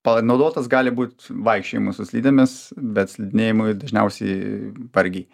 panaudotos gali būt vaikščiojimui su slidėmis bet slidinėjimui dažniausiai vargiai